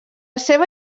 seva